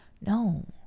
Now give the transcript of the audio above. no